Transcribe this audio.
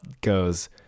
goes